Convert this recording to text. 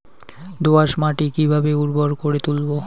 দোয়াস মাটি কিভাবে উর্বর করে তুলবো?